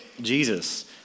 Jesus